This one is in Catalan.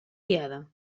guiada